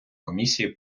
комісії